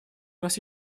нас